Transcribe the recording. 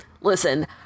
listen